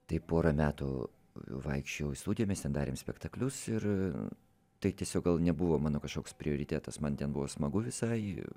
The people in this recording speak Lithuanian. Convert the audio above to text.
tai porą metų vaikščiojau į studiją mes ten darėm spektaklius ir tai tiesiog gal nebuvo mano kažkoks prioritetas man ten buvo smagu visai